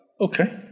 Okay